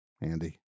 Andy